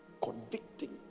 Convicting